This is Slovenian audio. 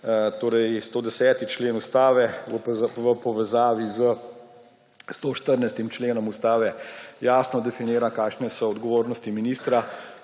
Torej 110. člen Ustave v povezavi s 114. členom Ustave jasno definira, kakšne so odgovornosti ministra